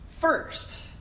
first